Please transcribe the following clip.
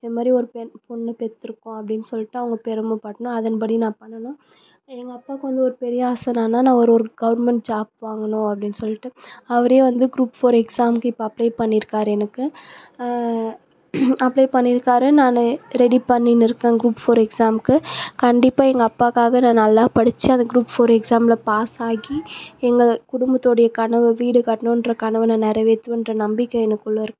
இதுமாதிரி ஒரு பெண் ஒரு பொண்ணை பெற்றுருக்கோம் அப்படின்னு சொல்லிவிட்டு அவங்க பெருமைப்படணும் அதன்படி நான் பண்ணணும் எங்கள் அப்பாவுக்கு வந்து ஒரு பெரிய ஆசை நான் நான் ஒரு கவர்மெண்ட் ஜாப் வாங்கணும் அப்படின்னு சொல்லிட்டு அவரே வந்து குரூப் ஃபோர் எக்ஸாமுக்கு இப்போ அப்ளே பண்ணியிருக்காரு எனக்கு அப்ளே பண்ணியிருக்காரு நான் ரெடி பண்ணின்னு இருக்கேன் குரூப் ஃபோர் எக்ஸாமுக்கு கண்டிப்பாக எங்கள் அப்பாவுக்காக நான் நல்லா படித்து அந்த குரூப் ஃபோர் எக்ஸாமில் பாஸ் ஆகி எங்கள் குடும்பத்தோடைய கனவு வீடு கட்டணுன்ற கனவை நான் நெறைவேத்துவேன்ற நம்பிக்கை எனக்குள்ளே இருக்குது